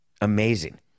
Amazing